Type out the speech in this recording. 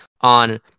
on